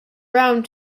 round